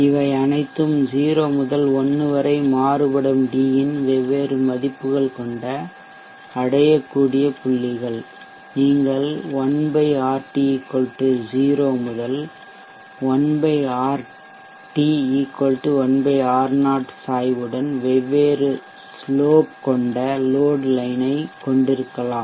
இவை அனைத்தும் 0 முதல் 1 வரை மாறுபடும் d இன் வெவ்வேறு மதிப்புகள் கொண்ட அடையக்கூடிய புள்ளிகள் நீங்கள் 1 RT 0 முதல் 1 RT 1 R0 சாய்வுடன் வெவ்வேறு சாய்வுஸ்லோப் கொண்ட லோட் லைன் களைக் கொண்டிருக்கலாம்